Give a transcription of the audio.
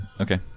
Okay